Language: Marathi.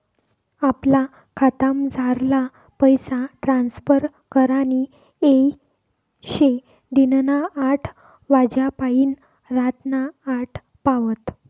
आपला खातामझारला पैसा ट्रांसफर करानी येय शे दिनना आठ वाज्यापायीन रातना आठ पावत